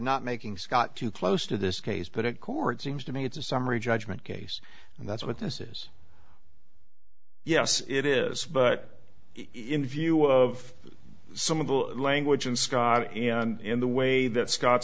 not making scott too close to this case but it court seems to me it's a summary judgment case and that's what this is yes it is but in view of some of the language in scott and the way that scott